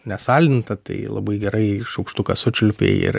nesaldintą tai labai gerai šaukštuką sučiulpei ir